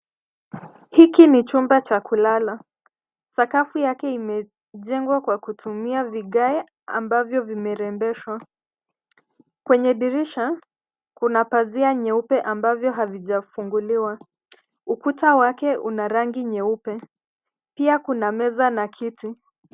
Hiki ni chumba cha kulala. Sakafu yake imejengwa kwa kutumia vigae, ambavyo vimerembeshwa. Kwenye dirisha, kuna pazia nyeupe ambavyo havijafunguliwa. Ukuta wake, una rangi nyeupe. Pia kuna meza na kiti.